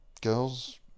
girls